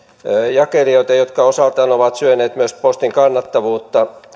jakelijoita jotka osaltaan ovat syöneet myös postin kannattavuutta